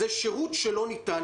זה שירות שלא ניתן.